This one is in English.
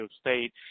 State